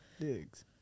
digs